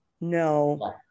no